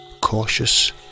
cautious